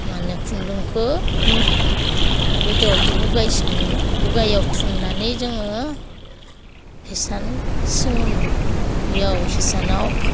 माने खुन्दुंखौ मुस गोदोआवथ' उगायसोमोन उगायाव थुन्नानै जोङो हिसान सोङोमोन बियाव हिसानाव